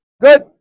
Good